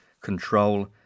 control